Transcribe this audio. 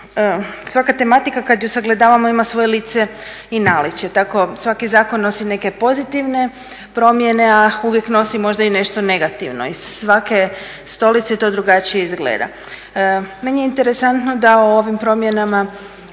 svaka tematika kad je sagledavamo ima svoje lice i naličje. Tako svaki zakon nosi neke pozitivne promjene, a uvijek nosi možda i nešto negativno i iz svake stolice to drugačije izgleda. Meni je interesantno da o ovim promjenama